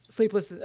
Sleepless